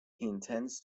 intends